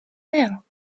nail